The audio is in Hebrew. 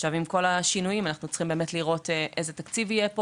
עכשיו עם כל השינויים אנחנו צריכים באמת לראות איזה תקציב יהיה פה,